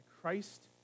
Christ